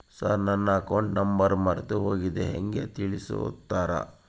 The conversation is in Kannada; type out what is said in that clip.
ಸರ್ ನನ್ನ ಅಕೌಂಟ್ ನಂಬರ್ ಮರೆತುಹೋಗಿದೆ ಹೇಗೆ ತಿಳಿಸುತ್ತಾರೆ?